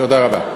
תודה רבה.